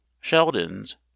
Sheldon's